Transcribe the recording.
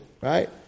right